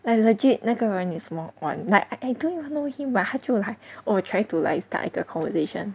and legit 那个人 is more on like I don't even know him but 他就 like oh trying to like start 一个 conversation